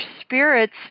spirits